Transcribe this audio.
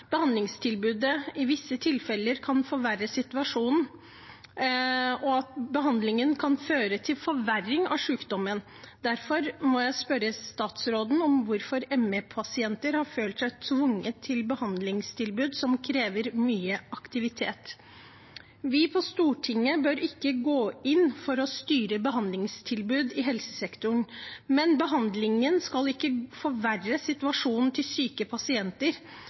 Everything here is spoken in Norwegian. behandlingstilbudet i visse tilfeller kan forverre situasjonen, og at behandlingen kan føre til forverring av sykdommen. Derfor må jeg spørre statsråden om hvorfor ME-pasienter har følt seg tvunget til behandlingstilbud som krever mye aktivitet. Vi på Stortinget bør ikke gå inn for å styre behandlingstilbud i helsesektoren, men behandlingen skal ikke forverre situasjonen til syke pasienter,